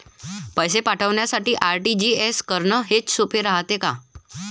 पैसे पाठवासाठी आर.टी.जी.एस करन हेच सोप रायते का?